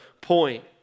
point